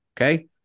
okay